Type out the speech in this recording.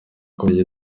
kubona